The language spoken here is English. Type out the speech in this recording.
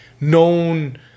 known